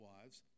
Wives